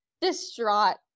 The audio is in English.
distraught